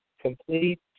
complete